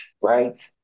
right